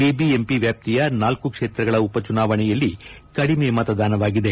BBMP ವ್ವಾಪ್ತಿಯ ನಾಲ್ಕು ಕ್ಷೇತ್ರಗಳ ಉಪಚುನಾವಣೆಯಲ್ಲಿ ಕಡಿಮೆ ಮತದಾನವಾಗಿದೆ